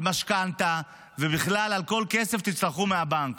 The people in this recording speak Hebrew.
על משכנתה, ובכלל על כל כסף שתצטרכו מהבנק.